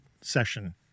session